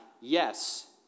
yes